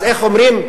אז איך אומרים,